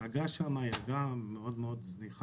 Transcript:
האגרה שם היא גם מאוד זניחה,